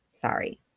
Sorry